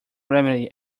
remedy